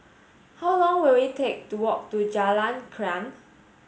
how long will it take to walk to Jalan Krian